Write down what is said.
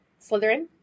Slytherin